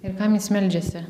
ir kam jis meldžiasi